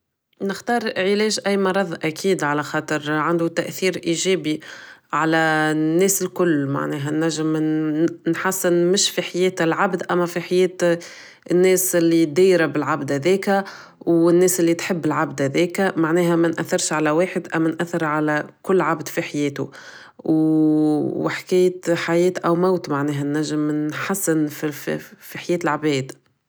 نختار علاج اي مرض اكيد علخاطر عندو تاثير اجابي على الناس الكل معناها نجم نحسن مش فحياة العبد اما في حياة الناس اللي دايرة بلعبد هداك و الناس اللي تحب العبد هداكا معناها مناثرش على واحد اما نأثر على كل عبد في حياتو و حكاية حياة او موت معناها نجم نحسن فحياة العباد